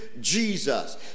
Jesus